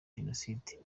jenoside